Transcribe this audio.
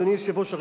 אדוני היושב-ראש,